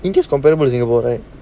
india is comparable to singapore